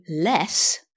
less